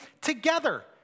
together